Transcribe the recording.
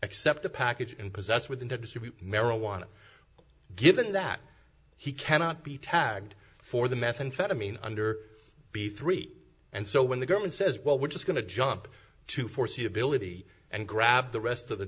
accept the package and possess with him to distribute marijuana given that he cannot be tagged for the methamphetamine under b three and so when the government says well we're just going to jump to foreseeability and grab the rest of the